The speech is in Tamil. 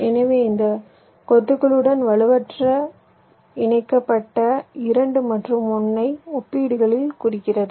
எனவே இந்த கொத்துக்களுடன் வலுவற்றதாக இணைக்கப்பட்ட 2 மற்றும் 1 ஐ ஒப்பீட்டளவில் குறிக்கிறது